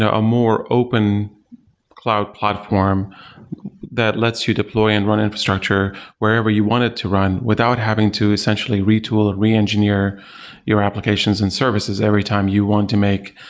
ah more open cloud platform that lets you deploy and run infrastructure wherever you want it to run, without having to essentially retool, and re-engineer your applications and services every time you want to make,